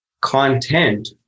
content